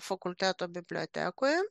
fakulteto bibliotekoje